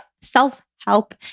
self-help